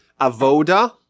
Avoda